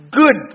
good